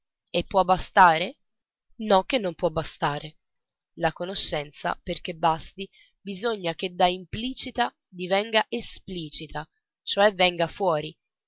e può bastare no che non può bastare la conoscenza perché basti bisogna che da implicita divenga esplicita cioè venga fuori